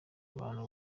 abantu